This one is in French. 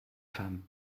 femme